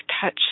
touch